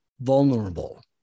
vulnerable